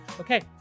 Okay